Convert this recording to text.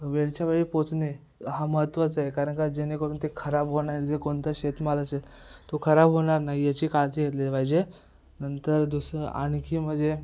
वेळच्या वेळी पोचणे हा महत्वाचं आहे कारण का जेणेकरून ते खराब होणार जे कोणता शेतमाल असेल तो खराब होणार नाही याची काळजी घेतली पाहिजे नंतर दुसरं आणखी म्हणजे